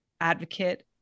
advocate